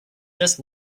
just